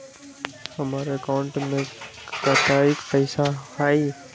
हमार अकाउंटवा में कतेइक पैसा हई?